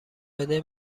بده